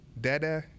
Dada